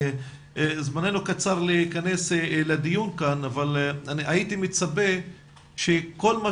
זמננו קצר מלהיכנס לדיון כאן אבל הייתי מצפה שכל מה